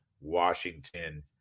Washington